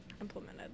implemented